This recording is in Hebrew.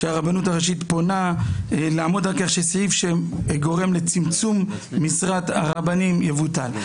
הרבנות הראשית פונה לעמוד על כך שסעיף שגורם לצמצום משרת הרבנים יבוטל.